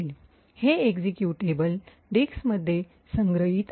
हे एक्झिक्युटेबल डिस्कमध्ये संग्रहित आहे